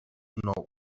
nou